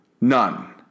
None